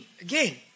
again